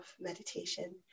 meditation